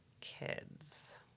kids